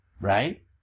Right